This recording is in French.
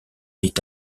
est